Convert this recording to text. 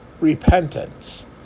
repentance